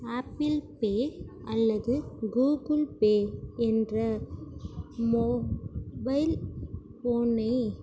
apple Pay அல்லது Google Pay என்ற mobile போனை